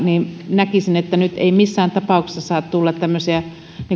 näkisin että nyt ei missään tapauksessa saa tulla tämmöisiä